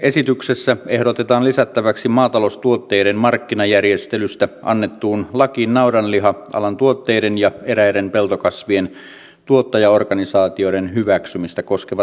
esityksessä ehdotetaan lisättäväksi maataloustuotteiden markkinajärjestelystä annettuun lakiin naudanliha alan tuotteiden ja eräiden peltokasvien tuottaja organisaatioiden hyväksymistä koskemista säännökset